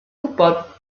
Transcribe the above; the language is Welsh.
gwybod